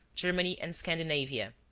germany and scandinavia.